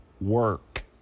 work